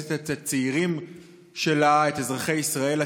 מתמרצת את הצעירים שלה, את אזרחי ישראל הצעירים,